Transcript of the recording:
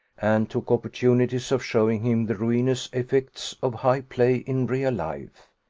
and took opportunities of showing him the ruinous effects of high play in real life.